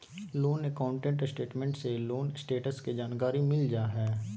loan account statement से loan status के जानकारी मिल जा हय